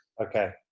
Okay